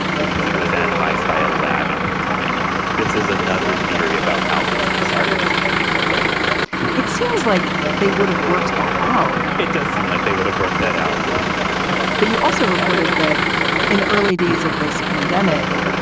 because it was analyzed by a lab in pennsylvania. this is another theory about how this discrepancy could be happening it seems like they would have worked that out it does seem like they would have worked that out but you also reported that in the early days of this pandemic,